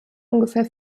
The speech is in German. ungefähr